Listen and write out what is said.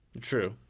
True